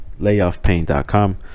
layoffpain.com